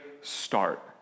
start